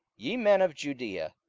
ye men of judaea,